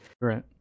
right